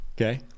Okay